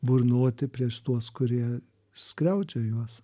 burnoti prieš tuos kurie skriaudžia juos